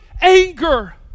anger